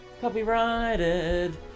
copyrighted